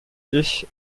ich